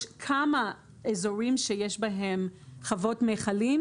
יש כמה אזורים שיש בהם חוות מיכלים,